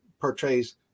portrays